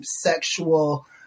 sexual